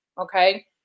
okay